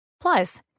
Plus